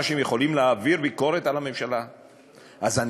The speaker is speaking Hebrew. שאנשים יכולים להעביר ביקורת על הממשלה?